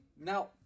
Now